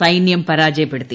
സൈനൃം പരാജയപ്പെടുത്തി